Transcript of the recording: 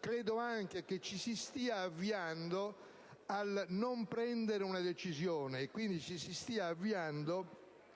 Credo anche che ci si stia avviando a non prendere una decisione, quindi a presentare